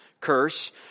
curse